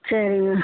சரிங்க